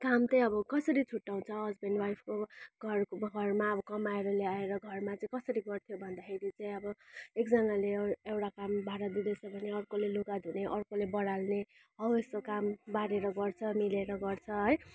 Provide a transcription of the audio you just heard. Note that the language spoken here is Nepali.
काम त्यही अब कसरी छुट्याउँछ हस्बेन्ड वाइफको घरको घरमा अब कमाएर ल्याएर घरमा चाहिँ कसरी गर्थ्यो भन्दाखेरि चाहिँ अब एकजनाले ए एउटा काम भाँडा धुँदैछ भने अर्कोले लुगा धुने अर्कोले बढार्ने हौ यस्तो काम बाढेर गर्छ मिलेर गर्छ है